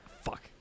Fuck